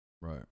Right